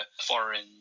foreign